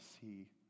see